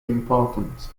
important